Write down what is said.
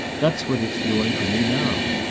that's what it's doing for me now.